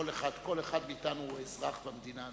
כל אחד מאתנו הוא אזרח במדינה הזאת.